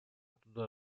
туда